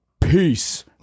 peace